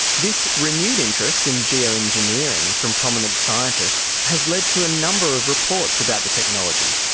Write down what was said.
this renewed interest in geo-engineering from prominent scientists has led to a number of reports about the technology.